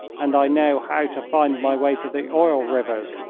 and i know how to find my way to the oil rivers.